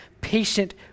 patient